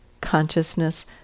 consciousness